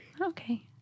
Okay